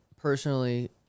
personally